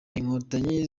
inkotanyi